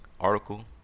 article